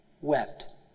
wept